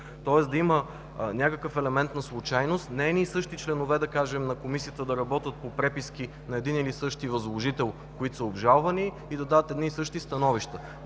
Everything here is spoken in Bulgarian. тоест да има някакъв елемент на случайност. Не едни и същи членове, да кажем, на Комисията да работят по преписки на един и същи възложител, които са обжалвани, и да дават едни и същи становища.